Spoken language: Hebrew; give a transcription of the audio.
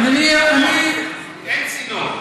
אין צינור.